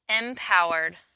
empowered